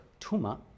tuma